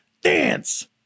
dance